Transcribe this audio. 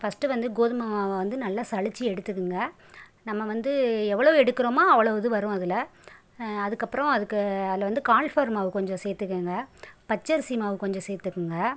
first வந்து கோதுமை மாவை வந்து நல்லா சலித்து எடுத்துக்கோங்க நம்ம வந்து எவ்வளோ எடுக்கிறமோ அவ்வளோ இது வரும் அதில் அதுக்கு அப்புறம் அதுக்கு அதில் வந்து கால்ஃபர் மாவு கொஞ்சம் சேர்த்துக்குங்க பச்சரிசி மாவு கொஞ்சம் சேர்த்துக்குங்க